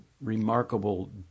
remarkable